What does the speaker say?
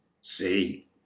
See